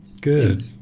Good